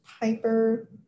Piper